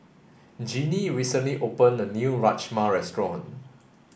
Jeannie recently opened a new Rajma restaurant